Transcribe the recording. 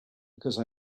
because